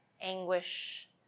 anguish